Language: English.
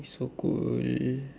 it's so cold